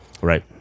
Right